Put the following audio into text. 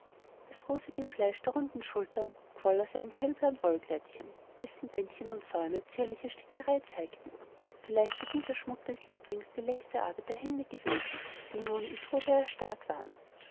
das rosige fleisch der runden schultern quoll aus einem hellblauen wollkleidchen dessen bändchen und säume zierliche stickerei zeigten vielleicht war dieser schmuck des lieblings die letzte arbeit der hände gewesen die nun im tode erstarrt waren